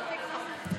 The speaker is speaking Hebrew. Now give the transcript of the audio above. התמונות קשות.